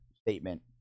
statement